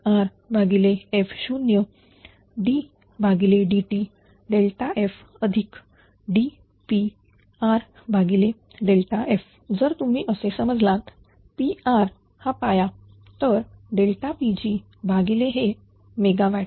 तर हे PgPr PLPr2HPrf0ddtfDPr f जर तुम्ही असे समजलात Prहा पाया तर Pg भागिले हे मेगावॅट